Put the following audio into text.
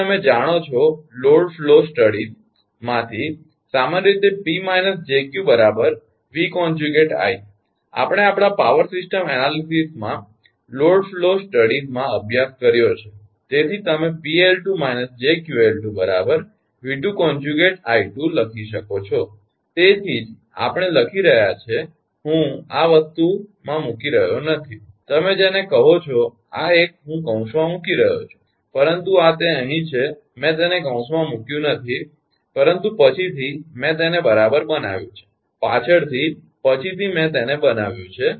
તેથી તમે જાણો છો લોડ ફ્લો અભ્યાસ માંથી સામાન્ય રીતે 𝑃 − 𝑗𝑄 𝑉∗𝑖 આપણે આપણા પાવર સિસ્ટમ વિશ્લેષણ લોડ ફ્લો અભ્યાસમાં અભ્યાસ કર્યો છે તેથી તમે 𝑃𝐿2 − 𝑗𝑄𝐿2 𝑉2∗𝑖2 લખી શકો છો તેથી જ આપણે લખી રહ્યા હતા અહીં હું આ વસ્તુમાં મૂકી રહ્યો નથી તમે જેને કહો છો આ એક હું કૌંસમાં મૂકી રહ્યો છું પરંતુ આ તે અહીં છે મેં તેને કૌંસમાં મૂક્યું નથી પરંતુ પછીથી મેં તેને બરાબર બનાવ્યું છે પાછળથી પછીથી મેં તેને બનાવ્યું છે